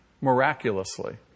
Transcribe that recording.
miraculously